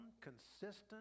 consistent